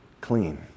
clean